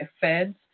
feds